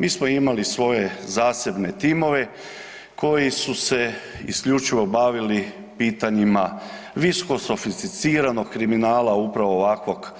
Mi smo imali svoje zasebne timove koji su se isključivo bavili pitanjima visoko sofisticiranog kriminala, upravo ovakvog